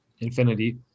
Infinity